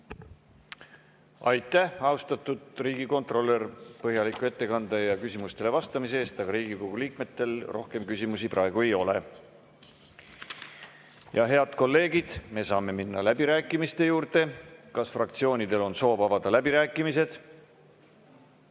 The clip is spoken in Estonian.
Aitäh, austatud riigikontrolör, põhjaliku ettekande ja küsimustele vastamise eest! Aga Riigikogu liikmetel rohkem küsimusi praegu ei ole. Head kolleegid, me saame minna läbirääkimiste juurde. Kas fraktsioonidel on soovi avada läbirääkimised?